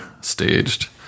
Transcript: staged